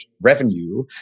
revenue